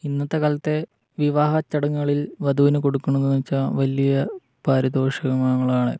ഇന്നത്തെക്കാലത്തെ വിവാഹച്ചടങ്ങുകളിൽ വധുവിന് കൊടുക്കുന്നതെന്ന് വെച്ചാല് വലിയ പാരിതോഷികങ്ങളാണ്